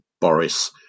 Boris